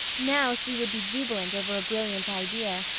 now she would be jubilant over a brilliant idea,